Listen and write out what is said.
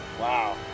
Wow